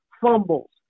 fumbles